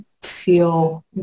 feel